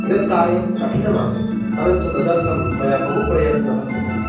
एतत् कार्यं कठिनमासीत् परन्तु तदर्थं मया बहु प्रयत्नः कृतः